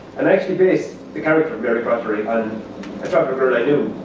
and i actually based the character of mary crothery on a traveller girl i knew,